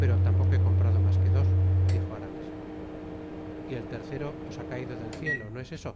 pero tampoco he comprado mas que dos dijo aramis content from google book search generated at y el tercero os ha caido del cielo no es eso